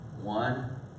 One